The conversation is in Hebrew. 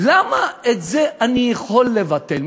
למה את זה אני יכול לבטל?